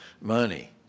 money